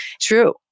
true